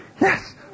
yes